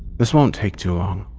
this won't take too long,